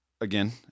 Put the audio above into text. again